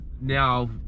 now